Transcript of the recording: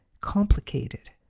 complicated